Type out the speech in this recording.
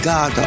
God